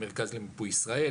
מרכז למיפוי ישראל,